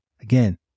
Again